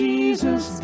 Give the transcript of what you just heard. Jesus